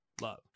love